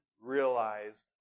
realize